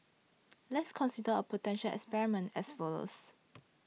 let's consider a potential experiment as follows